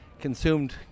consumed